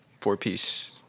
four-piece